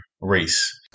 race